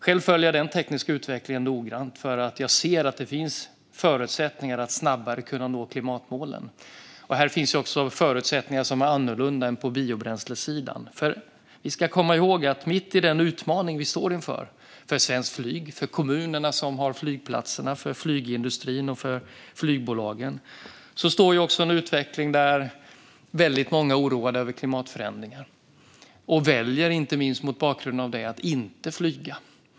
Jag följer denna tekniska utveckling noga eftersom jag ser att den ger förutsättningar att snabbare nå klimatmålen. Här finns också förutsättningar som är annorlunda än på biobränslesidan. Låt oss komma ihåg att mitt i denna utmaning för svenskt flyg, för kommuner med flygplatser, för flygindustri och flygbolag har vi också en utveckling där många är oroade över klimatförändringar och därför väljer att inte flyga.